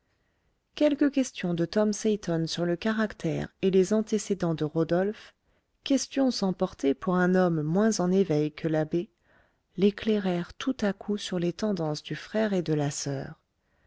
quelques questions de tom seyton sur le caractère et les antécédents de rodolphe questions sans portée pour un homme moins en éveil que l'abbé l'éclairèrent tout à coup sur les tendances du frère et de la soeur